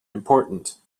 important